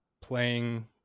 playing